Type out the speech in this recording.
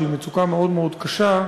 שהיא מצוקה מאוד מאוד קשה,